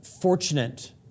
fortunate